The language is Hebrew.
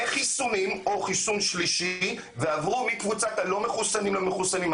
חיסונים או חיסון שלישי ועברו מקבוצת הלא מחוסנים למחוסנים.